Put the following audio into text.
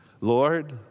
Lord